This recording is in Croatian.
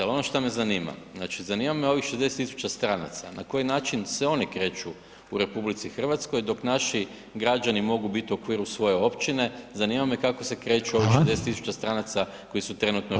Ali ono što me zanima, znači zanima me ovih 60 000 stranaca, na koji način se oni kreću u RH dok naši građani mogu biti u okviru svoje općine, zanima me kako se kreću ovih 60 000 stranaca koji su trenutno u RH.